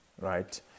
right